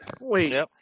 Wait